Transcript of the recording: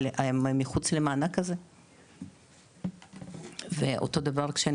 אבל הם מחוץ למענק הזה ואותו דבר כשאני